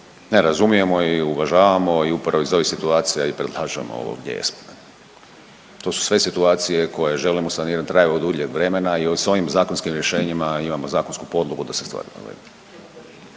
Sve razumijemo i uvažavamo i upravo iz ovih situacija i predlažemo ovo gdje jesmo. To su sve situacije koje želimo sanirati, traju dulje vremena i s ovim zakonskim rješenjima imamo zakonsku podlogu da se